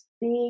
big